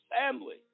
family